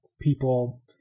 people